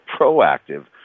proactive